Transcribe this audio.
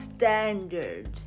Standard